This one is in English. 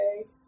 Okay